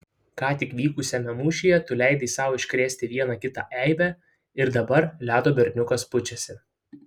ką tik vykusiame mūšyje tu leidai sau iškrėsti vieną kitą eibę ir dabar ledo berniukas pučiasi